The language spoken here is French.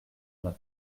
neuf